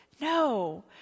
No